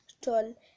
tall